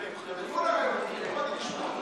הריאיון, לשמוע.